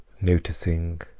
noticing